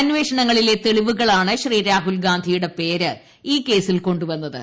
അന്വേഷണങ്ങളിലെ തെളിവുകളാണ് രാഹുൽ ഗാന്ധിയുടെ പേര് ഈ കേസിൽ കൊണ്ടു വന്നത്